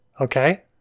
Okay